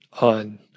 on